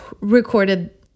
recorded